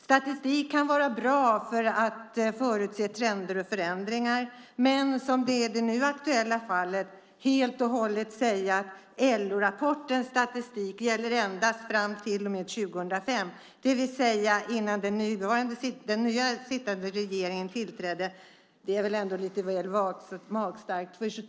Statistik kan vara bra för att förutse trender och förändringar. Men att som i det nu aktuella fallet helt och hållet säga att LO-rapportens statistik gäller endast fram till och med 2005, det vill säga innan den nu sittande regeringen tillträdde, är väl ändå väl magstarkt.